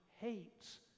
hates